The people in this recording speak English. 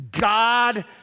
God